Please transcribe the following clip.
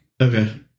Okay